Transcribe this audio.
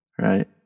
right